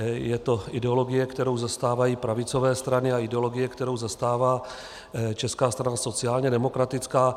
Je to ideologie, kterou zastávají pravicové strany, a ideologie, kterou zastává Česká strana sociálně demokratická.